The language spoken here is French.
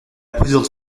présidente